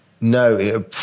No